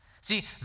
See